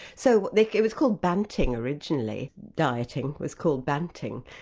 so like it was called banting originally, dieting was called banting,